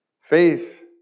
Faith